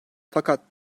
fakat